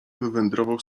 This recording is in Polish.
wywędrował